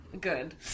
Good